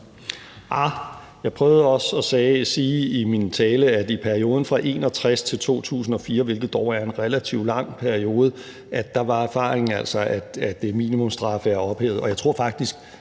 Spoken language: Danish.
Jeg prøvede også at sige i min tale, at i perioden fra 1961 til 2004, hvilket dog er en relativt lang periode, er erfaringen altså, at minimumsstraffe er ophævet.